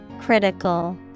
Critical